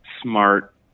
smart